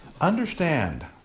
understand